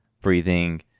breathing